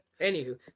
Anywho